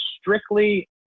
strictly